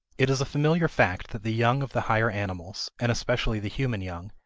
it is a familiar fact that the young of the higher animals, and especially the human young,